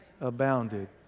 abounded